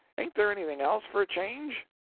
ain't there anything else for a change?